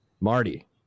Marty